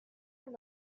and